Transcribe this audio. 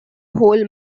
whole